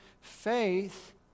Faith